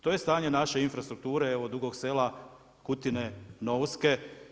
To je stanje naše infrastrukture, evo Dugog Sela, Kutine, Novske.